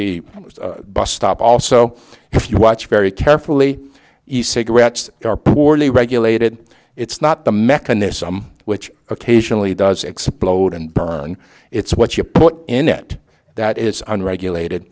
the bus stop also if you watch very carefully cigarettes are poorly regulated it's not the mechanism which occasionally does explode and it's what you put in it that is on regulated